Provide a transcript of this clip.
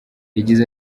yagize